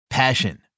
passion